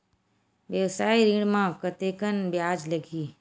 व्यवसाय ऋण म कतेकन ब्याज लगही?